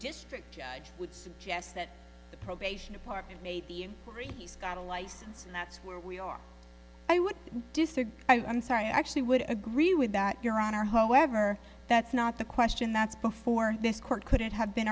district judge would suggest that the probation department maybe you got a license and that's where we are i would disagree i'm sorry i actually would agree with that your honor whoa ever that's not the question that's before this court could it have been